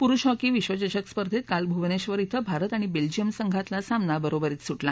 पुरुष हॉकी विश्वचषक स्पर्धेत काल भुवनेश्वर िवं भारत आणि बेल्जियम संघातला सामना बरोबरीत सुटला